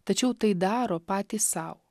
tačiau tai daro patys sau